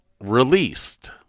released